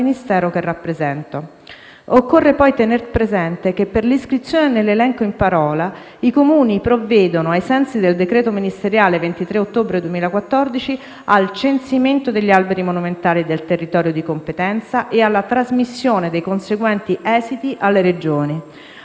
del decreto ministeriale del 23 ottobre 2014, al censimento degli alberi monumentali del territorio di competenza e alla trasmissione dei conseguenti esiti alle Regioni.